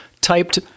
typed